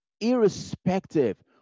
irrespective